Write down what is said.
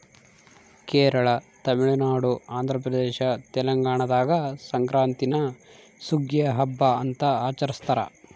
ಕೇರಳ ತಮಿಳುನಾಡು ಆಂಧ್ರಪ್ರದೇಶ ತೆಲಂಗಾಣದಾಗ ಸಂಕ್ರಾಂತೀನ ಸುಗ್ಗಿಯ ಹಬ್ಬ ಅಂತ ಆಚರಿಸ್ತಾರ